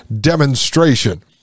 Demonstration